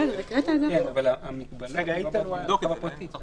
איתן, תמשיך